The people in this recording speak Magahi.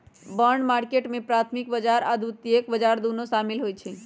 बॉन्ड मार्केट में प्राथमिक बजार आऽ द्वितीयक बजार दुन्नो सामिल होइ छइ